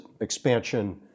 expansion